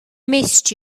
missed